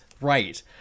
right